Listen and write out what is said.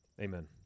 Amen